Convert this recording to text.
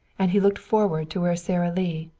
and he looked forward to where sara lee,